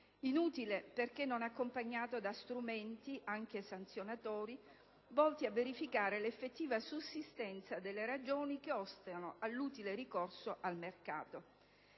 inutile perché non è accompagnato da strumenti, anche sanzionatori, volti a verificare l'effettiva sussistenza delle ragioni che ostano all'utile ricorso al mercato.